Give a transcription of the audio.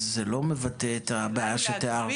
אז זה לא מבטא את הבעיה שתיארתי.